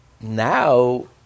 now